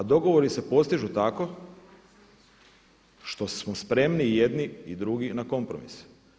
A dogovori se postižu tako što smo spremni i jedni i drugi na kompromis.